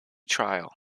trial